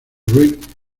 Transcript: rick